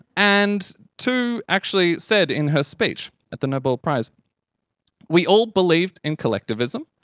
and tu actually said in her speech at the nobel prize we all believed in collectivism.